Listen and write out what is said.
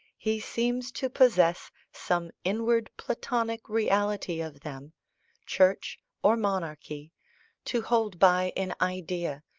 he seems to possess some inward platonic reality of them church or monarchy to hold by in idea,